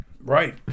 Right